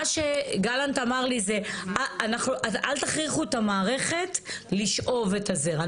מה שגלנט אמר לי 'אל תכריחו את המערכת לשאוב את הזרע.